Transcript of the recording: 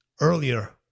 earlier